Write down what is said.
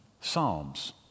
psalms